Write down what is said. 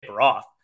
off